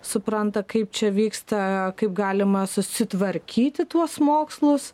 supranta kaip čia vyksta kaip galima susitvarkyti tuos mokslus